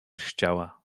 chciała